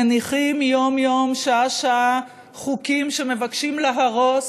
מניחים יום-יום, שעה-שעה, חוקים שמבקשים להרוס